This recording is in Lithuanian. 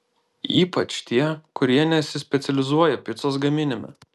ypač tie kurie nesispecializuoja picos gaminime